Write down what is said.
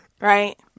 Right